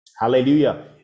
Hallelujah